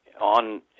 on